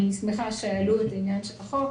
אני שמחה שהעלו את עניין החוק,